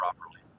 properly